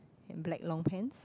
and black long pants